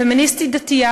פמיניסטית דתייה,